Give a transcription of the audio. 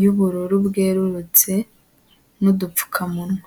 y'ubururu bwerurutse n'udupfukamunwa.